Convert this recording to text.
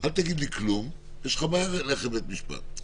אולי לתת ביטוי לכך שהמלצה שלו לבית המשפט,